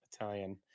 Italian